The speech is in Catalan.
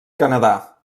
canadà